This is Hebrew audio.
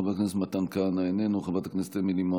חבר הכנסת מתן כהנא,